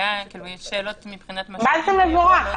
מה זה מבורך?